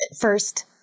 first